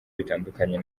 bitandukanye